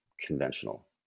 conventional